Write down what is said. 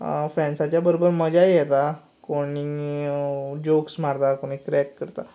फ्रेंडसांच्या बरोबर मजाय येता कोणूय जोक्स मारतात कोणूय क्रेक करतात